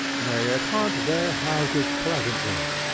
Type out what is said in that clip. may it haunt their houses pleasantly,